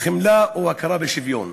חמלה או הכרה בשוויון.